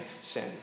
sin